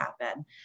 happen